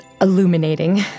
illuminating